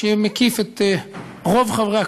שמקיף את רוב חברי הקואליציה.